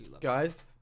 Guys